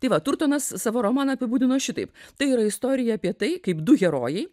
tai va turtonas savo romaną apibūdino šitaip tai yra istorija apie tai kaip du herojai